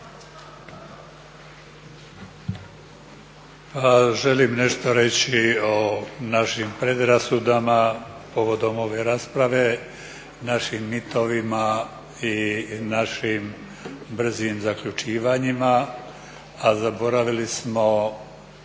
Želim nešto reći o našim predrasudama povodom ove rasprave, našim mitovima i našim brzim zaključivanjima, a zaboravili smo